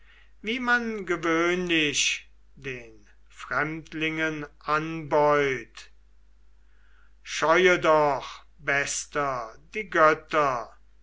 wie man gewöhnlich den fremdlingen anbeut scheue doch bester die götter